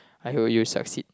I hope you will succeed